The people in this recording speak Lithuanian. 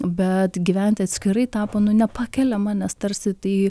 bet gyventi atskirai tapo nu nepakeliama nes tarsi tai